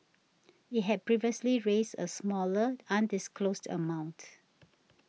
it had previously raised a smaller undisclosed amount